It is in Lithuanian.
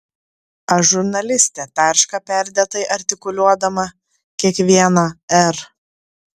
aš žurnalistė tarška perdėtai artikuliuodama kiekvieną r